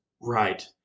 Right